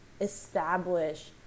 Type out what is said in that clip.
establish